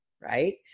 right